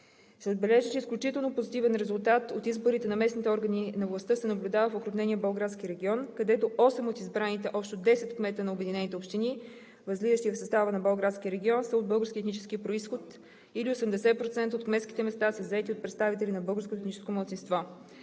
Ще отбележа, че изключително позитивен резултат от изборите на местните органи на властта се наблюдава в окрупнения Болградски регион, където осем от избраните общо 10 кмета на обединените общини, възлизащи в състава на Болградския регион, са от български етнически произход, или 80% от кметските места са заети от представители на българското етническо малцинство.